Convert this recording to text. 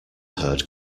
herd